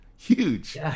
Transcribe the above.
Huge